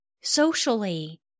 socially